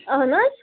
اہَن حظ